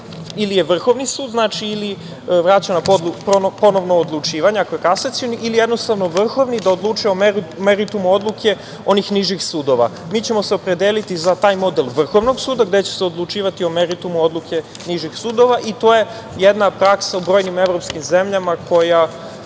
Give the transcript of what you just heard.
ili je Vrhovni sud. Znači, ili vraća na ponovno odlučivanje, ako je Kasacioni ili jednostavno Vrhovni, da odlučuje o meritumu odluke onih nižih sudova. Mi ćemo se opredeliti za taj model Vrhovnog suda gde će se odlučivati o meritumu odluke nižih sudova i to je jedna praksa u brojnim evropskim zemljama koja